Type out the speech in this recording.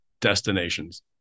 destinations